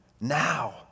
now